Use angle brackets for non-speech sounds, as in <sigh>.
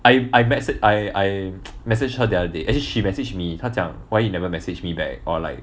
I I messa~ I I <noise> message her the other day actually she message me 他讲 why you never message me back or like